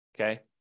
Okay